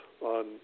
on